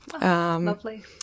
Lovely